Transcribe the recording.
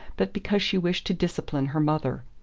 but because she wished to discipline her mother.